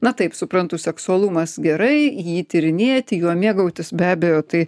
na taip suprantu seksualumas gerai jį tyrinėti juo mėgautis be abejo tai